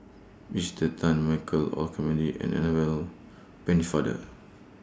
Esther Tan Michael Olcomendy and Annabel Pennefather